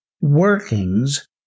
workings